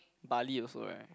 Bali also right